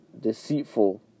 deceitful